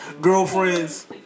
girlfriends